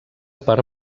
per